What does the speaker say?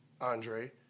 Andre